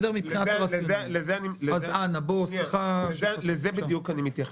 לזה בדיוק אני מתייחס.